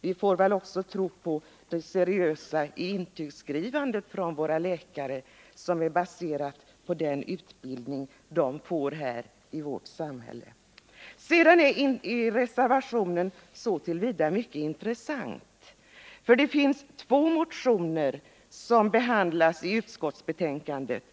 Vi måste väl också tro att våra läkare är seriösa i intygsskrivandet, med den utbildning de får av samhället. Reservationen är mycket intressant så till vida att den hänger samman med två motioner som behandlas i utskottsbetänkandet.